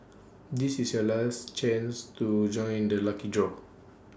this is your last chance to join the lucky draw